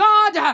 God